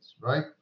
right